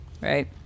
right